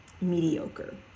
mediocre